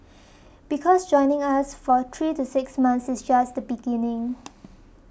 because joining us for three to six months is just the beginning